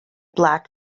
black